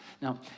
Now